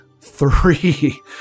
Three